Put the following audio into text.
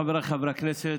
חבריי חברי הכנסת,